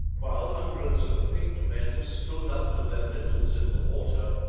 while hundreds of picked men stood up to their middles in the water,